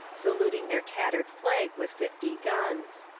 saluting their tattered flag with fifty guns.